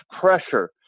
pressure